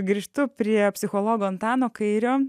grįžtu prie psichologo antano kairio